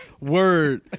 Word